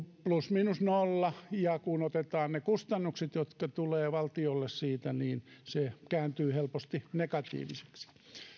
plus miinus nolla ja kun otetaan ne kustannukset jotka tulevat valtiolle siitä niin se kääntyy helposti negatiiviseksi